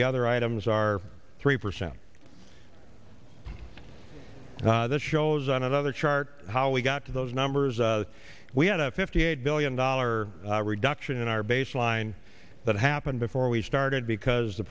the other items are three percent that shows another chart how we got to those numbers we had a fifty eight billion dollar reduction in our baseline that happened before we started because the